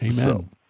Amen